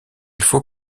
faut